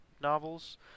novels